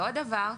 ועוד דבר,